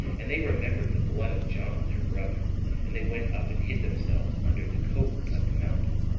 and they remembered the blood of john, their brother and they went up, and hid themselves under the covert of the mountain.